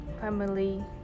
family